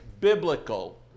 biblical